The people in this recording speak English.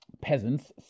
peasants